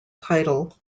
title